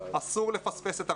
אסור לפספס את הרכבת,